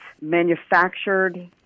manufactured